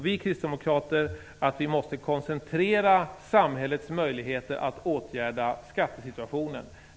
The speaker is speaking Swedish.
Vi kristdemokrater tror att vi måste koncentrera samhällets möjligheter att åtgärda skattesituationen.